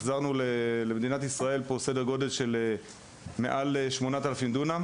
החזרנו לידי מדינת ישראל סדר גודל של מעל 8,000 דונם.